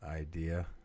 idea